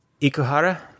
ikuhara